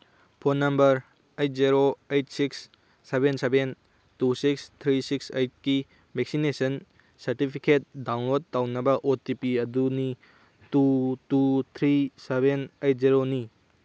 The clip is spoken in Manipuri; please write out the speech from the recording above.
phone number eight zero eight six seven seven two six three six ꯑꯩꯠꯀꯤ ꯚꯦꯛꯁꯤꯅꯦꯁꯟ ꯁꯔꯇꯤꯐꯤꯀꯦꯠ ꯗꯥꯎꯟꯂꯣꯠ ꯇꯧꯅꯕ ꯑꯣ ꯇꯤ ꯄꯤ ꯑꯗꯨꯅꯤ two two three seven eight ꯖꯦꯔꯣꯅꯤ